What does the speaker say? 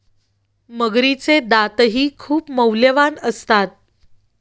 मगरीचे दातही खूप मौल्यवान असतात